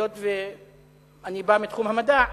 היות שאני בא מתחום המדע,